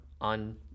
on